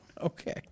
Okay